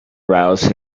rouse